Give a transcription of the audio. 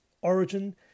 Origin